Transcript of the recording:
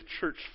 church